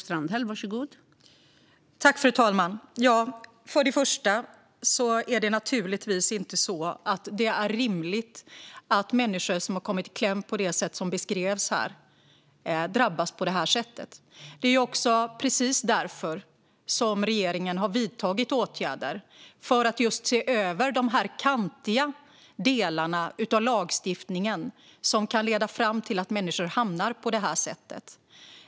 Fru talman! Det är givetvis inte rimligt att människor kommer i kläm på det sätt som beskrivs här. Regeringen har därför vidtagit åtgärder för att se över de kantiga delar av lagstiftningen som kan leda till att människor drabbas på detta sätt.